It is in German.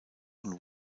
und